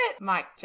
mike